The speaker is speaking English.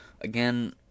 Again